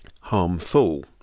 harmful